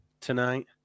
tonight